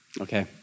Okay